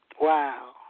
Wow